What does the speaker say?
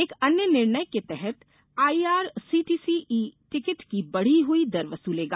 एक अन्य निर्णय के तहत आईआरसीटीसी ई टिकट की बढी हई दर वसुलेगा